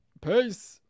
Peace